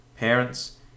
parents